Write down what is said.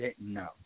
no